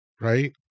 right